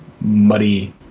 muddy